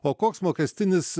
o koks mokestinis